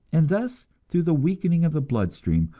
and thus, through the weakening of the blood stream,